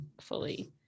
fully